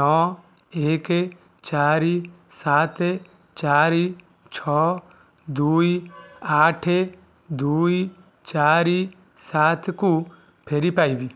ନଅ ଏକ ଚାରି ସାତ ଚାରି ଛଅ ଦୁଇ ଆଠ ଦୁଇ ଚାରି ସାତକୁ ଫେରିପାଇବି